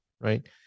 right